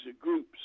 groups